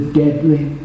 deadly